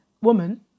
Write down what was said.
woman